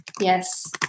Yes